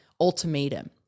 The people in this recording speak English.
ultimatum